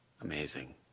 amazing